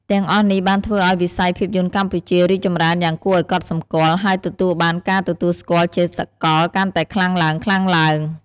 ទាំងអស់នេះបានធ្វើឱ្យវិស័យភាពយន្តកម្ពុជា រីកចម្រើនយ៉ាងគួរឱ្យកត់សម្គាល់ ហើយទទួលបាន ការទទួលស្គាល់ជាសាកល កាន់តែខ្លាំងឡើងៗ។